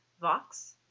Vox